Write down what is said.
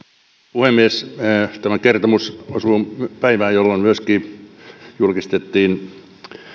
puhemies tämä kertomus osuu päivään jolloin myöskin julkistettiin